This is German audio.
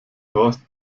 horst